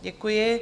Děkuji.